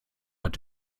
hat